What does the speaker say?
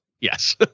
Yes